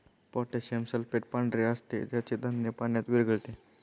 potassium sulphate पांढरे असते ज्याचे धान्य पाण्यात विरघळते